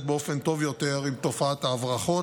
באופן טוב יותר עם תופעת ההברחות,